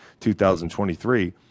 2023